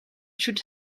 should